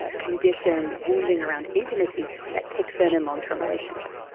ah conditioned wounding around intimacy that kicks in in long-term relationship.